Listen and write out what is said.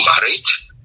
marriage